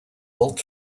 built